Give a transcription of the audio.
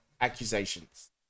accusations